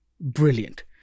brilliant